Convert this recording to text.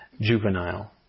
juvenile